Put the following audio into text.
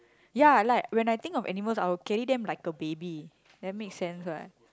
ya like when I think of animals I will carry them like a baby